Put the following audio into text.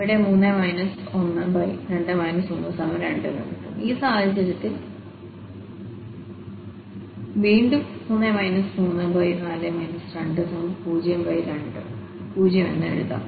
ഇവിടെ 3 12 12 ഈ സാഹചര്യത്തിൽ വീണ്ടും3 34 2020 എഴുതാം